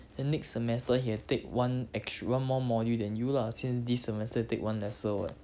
then next semester he have to take one extr~ one more module than you lah since this semester he take one lesser [what]